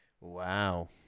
Wow